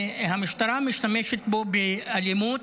המשטרה משתמשת פה באלימות.